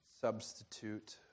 substitute